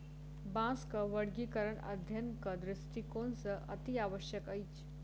बाँसक वर्गीकरण अध्ययनक दृष्टिकोण सॅ अतिआवश्यक अछि